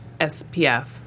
SPF